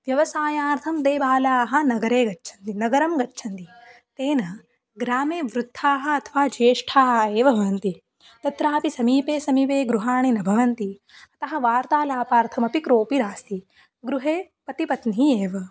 व्यवसायार्थं ते बालाः नगरं गच्छन्ति नगरं गच्छन्ति तेन ग्रामे वृद्धाः अथवा ज्येष्ठाः एव भवन्ति तत्रापि समीपे समीपे गृहाणि न भवन्ति अतः वार्तालापार्थमपि कोपि नास्ति गृहे पतिः पत्नी एव